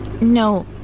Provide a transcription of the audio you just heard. No